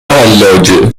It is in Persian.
حلاجه